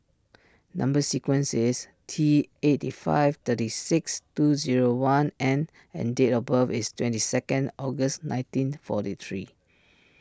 Number Sequence is T eight five thirty six two zero one N and date of birth is twenty second August nineteen forty three